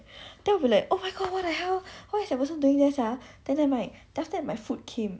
then I'll be like oh my god what the hell what is that person doing there sia then never mind then after that my food came